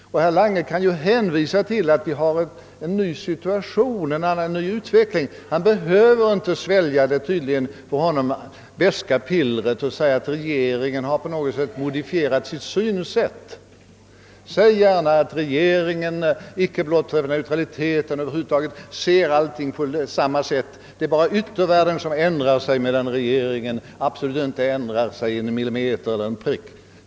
Herr Lange kan ju också hänvisa till att utvecklingen lett till en ny situation; han behöver inte svälja det för honom beska pillret och säga att regeringen på något sätt har modifierat sitt synsätt. Säg — om er prestige kräver det — att regeringen ser allting på samma sätt icke blott när det gäller neutraliteten utan över huvud taget — det är bara yttervärlden som ändrar sig, medan regeringen inte flyttar sig en milli meter.